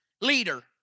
Leader